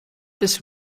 this